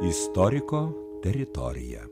istoriko teritorija